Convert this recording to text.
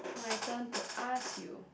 my turn to ask you